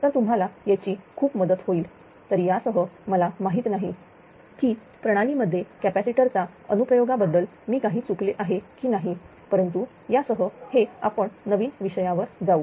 तर तुम्हाला याची खूप मदत होईल तरी यासहमला माहित नाही हे कि प्रणालीमध्ये कॅपॅसिटर चा अनु प्रयोगाबद्दल मी काही चुकले आहे की नाही परंतु यासह हे आपण नवीन विषयावर जाऊ